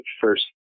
first